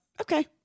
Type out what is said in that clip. okay